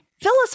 Phyllis